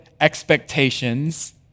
expectations